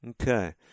Okay